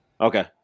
Okay